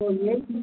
so AC